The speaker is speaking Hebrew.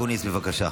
בבקשה.